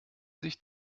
sich